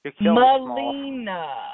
Melina